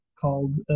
called